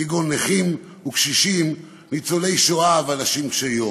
כגון נכים, קשישים, ניצולי שואה ואנשים קשי יום.